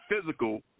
physical